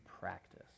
practice